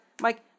Mike